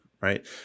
right